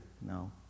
no